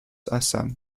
assam